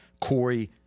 Corey